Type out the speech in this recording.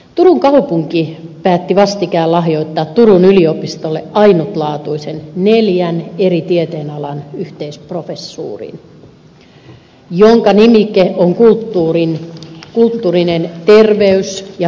turun kaupunki päätti vastikään lahjoittaa turun yliopistolle ainutlaatuisen neljän eri tieteenalan yhteisprofessuurin jonka nimike on kulttuurisen terveys ja hyvinvointitutkimuksen professuuri